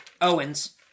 Owens